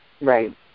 Right